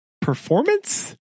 performance